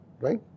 right